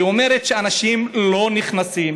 שאומרת שאנשים לא נכנסים.